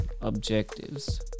objectives